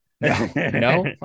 no